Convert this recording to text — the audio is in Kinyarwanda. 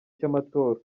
cy’amatora